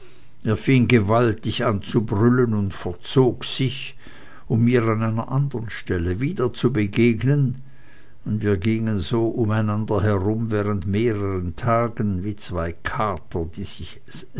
fing gewaltig an zu brüllen und verzog sich um mir an einer anderen stelle wieder zu begegnen und wir gingen so umeinander herum während mehreren tagen wie zwei kater die sich